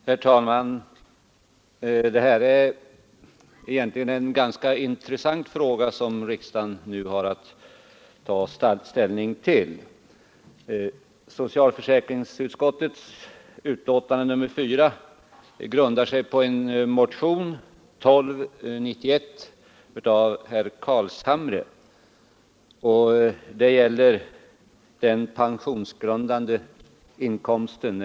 Herr talman! Den fråga riksdagen nu har att ta ställning till är egentligen ganska intressant. Socialförsäkringsutskottets betänkande nr 4 grundar sig på motionen 1291 av herr Carlshamre.